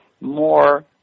more